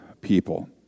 people